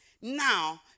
now